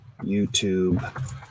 YouTube